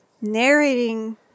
narrating